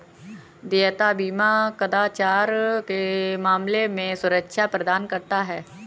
देयता बीमा कदाचार के मामले में सुरक्षा प्रदान करता है